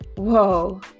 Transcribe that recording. Whoa